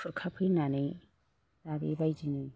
खुरखाफैनानै दा बेबायदिनो